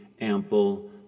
ample